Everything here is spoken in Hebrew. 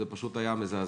זה פשוט היה מזעזע.